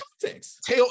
context